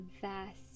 vast